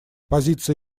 позиция